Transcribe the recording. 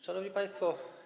Szanowni Państwo!